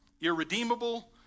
irredeemable